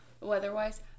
weather-wise